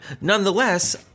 nonetheless